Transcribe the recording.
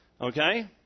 Okay